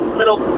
little